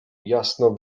jasno